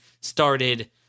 started